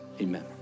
amen